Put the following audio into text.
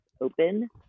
open